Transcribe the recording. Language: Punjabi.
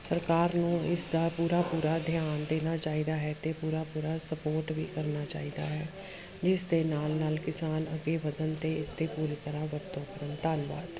ਸਰਕਾਰ ਨੂੰ ਇਸ ਦਾ ਪੂਰਾ ਪੂਰਾ ਧਿਆਨ ਦੇਣਾ ਚਾਹੀਦਾ ਹੈ ਅਤੇ ਪੂਰਾ ਪੂਰਾ ਸਪੋਟ ਵੀ ਕਰਨਾ ਚਾਹੀਦਾ ਹੈ ਜਿਸ ਦੇ ਨਾਲ ਨਾਲ ਕਿਸਾਨ ਅੱਗੇ ਵਧਣ ਅਤੇ ਇਸ ਦੀ ਪੂਰੀ ਤਰ੍ਹਾਂ ਵਰਤੋਂ ਕਰਨ ਧੰਨਵਾਦ